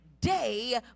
day